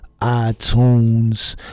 iTunes